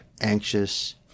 anxious